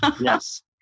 Yes